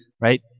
right